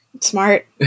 Smart